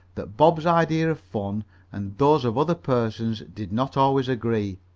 that bob's ideas of fun and those of other persons did not always agree.